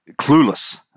clueless